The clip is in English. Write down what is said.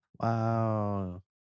Wow